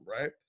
right